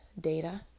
data